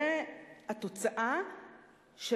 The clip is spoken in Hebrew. גם זו תוצאה של